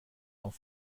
auf